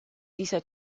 dieser